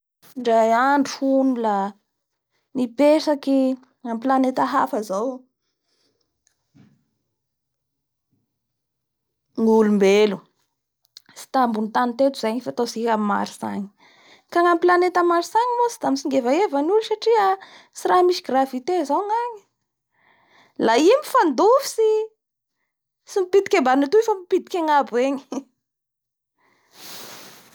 Indray andro zay la nipetraky amin'ny planete hafa zao ireto mpananmory da lafa tengy reo ka nisy rano kay ny amin'ny planete io igny misy biby avao koa la mitovitovy amin'ny planeta taby avao koa.